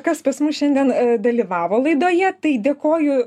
kas pas mus šiandien dalyvavo laidoje tai dėkoju